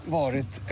varit